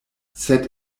sed